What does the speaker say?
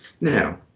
Now